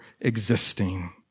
existing